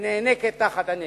ונאנקת תחת הנטל.